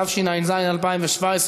התשע"ז 2017,